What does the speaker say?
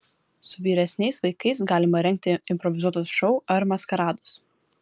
su vyresniais vaikais galima rengti improvizuotus šou ar maskaradus